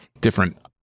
different